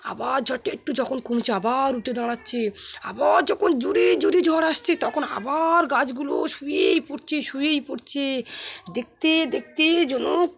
আবার ঝড়টা একটু যখন কমছে আবার উঠে দাঁড়াচ্ছে আবার যখন জোরে জোরে ঝড় আসছে তখন আবার গাছগুলো শুয়েই পড়ছে শুয়েই পড়ছে দেখতে দেখতে যেন